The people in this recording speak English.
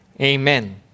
Amen